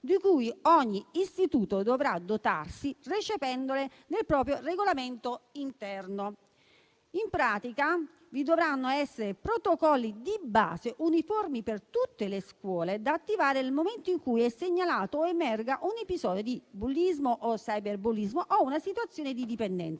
di cui ogni istituto dovrà dotarsi, recependole nel proprio regolamento interno. In pratica, vi dovranno essere protocolli di base uniformi per tutte le scuole, da attivare nel momento in cui è segnalato o emerga un episodio di bullismo o cyberbullismo, o una situazione di dipendenza,